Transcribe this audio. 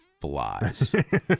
flies